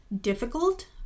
difficult